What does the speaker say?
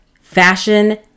fashion